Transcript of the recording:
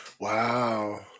Wow